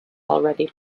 already